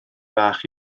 fach